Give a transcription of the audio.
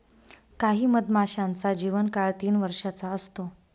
काही मधमाशांचा जीवन काळ तीन वर्षाचा असतो